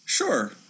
Sure